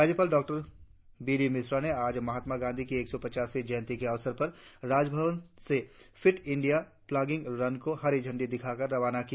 राज्यपाल डॉ B D Mishra ने आज महात्मा गांधी की एक सौ पचासवीं जयंति एक अवसर पर राजभवन से फीट इंडिया प्लागिंग रन को हरी झंडी दिखाकर रवाना किया